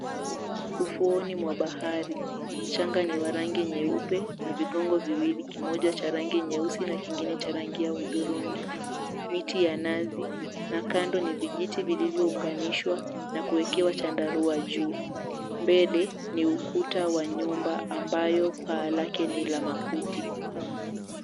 Ufuoni mwa bahari. Mchanga ni wa rangi nyeupe na vigongo viwili, kimoja cha rangi nyeusi na kingine cha rangi ya hudhurungi. Miti ya nazi na kando ni vijiti vilivyounganishwa na kuwekewa chandarua juu. Mbele ni ukuta wa nyumba ambayo paa lake ni la makuti.